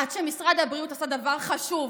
עד שמשרד הבריאות עשה דבר חשוב